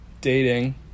dating